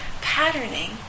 patterning